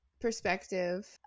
perspective